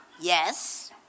Yes